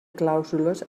clàusules